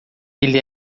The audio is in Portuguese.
ele